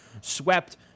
swept